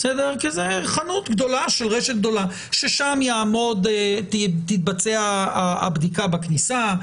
כי זאת חנות גדולה של רשת גדולה ושם תתבצע הבדיקה בכניסה.